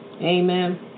Amen